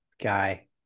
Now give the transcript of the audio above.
guy